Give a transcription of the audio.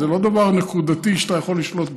זה לא דבר נקודתי שאתה יכול לשלוט בו,